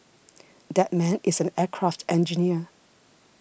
that man is an aircraft engineer